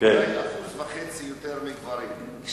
הן אולי 1.5% יותר מגברים.